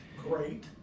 Great